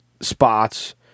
spots